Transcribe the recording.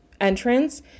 entrance